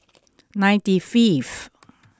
ninety fifth